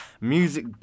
Music